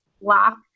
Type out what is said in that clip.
lock